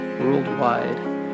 worldwide